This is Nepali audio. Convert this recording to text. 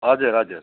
हजुर हजुर